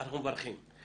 אנחנו מברכים.